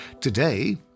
Today